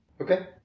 Okay